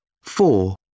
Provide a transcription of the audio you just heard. Four